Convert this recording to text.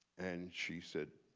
and she said,